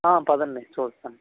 పదండి చూస్తాను